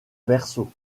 berceau